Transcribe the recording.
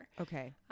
Okay